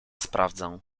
sprawdzę